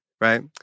right